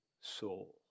soul